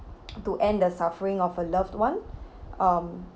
to end the suffering of a loved one um